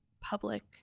public